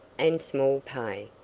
and small pay.